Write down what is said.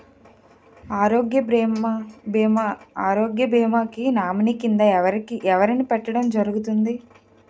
ఆరోగ్య భీమా కి నామినీ కిందా ఎవరిని పెట్టడం జరుగతుంది?